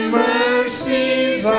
mercies